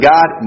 God